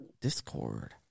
Discord